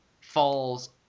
falls